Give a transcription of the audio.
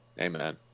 Amen